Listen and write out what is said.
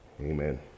Amen